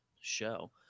show